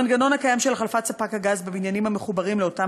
המנגנון הקיים של החלפת ספק הגז בבניינים המחוברים לאותה